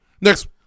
Next